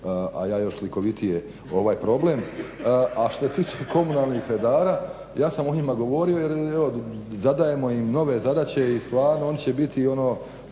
a ja još slikovitije ovaj problem. A što se tiče komunalnih redara, ja sam o njima govorio jer evo zadajemo im nove zadaće i stvarno oni će biti ono